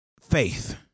faith